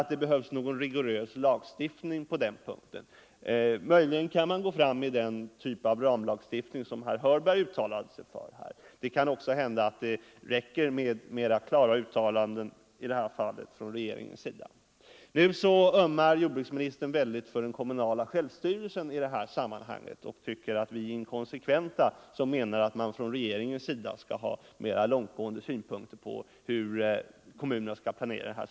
Det behövs ingen rigorös lagstiftning på den punkten. Möjligen kan man gå fram med den typ av ramlagstiftning som herr Hörberg uttalade sig för. Det kan också hända att det räcker med klarare uttalanden från regeringen. Jordbruksministern ömmar för den kommunala självstyrelsen i detta sammanhang och tycker att vi är inkonsekventa som anser att regeringen skall ha mer långtgående synpunkter på hur kommunerna skall planera.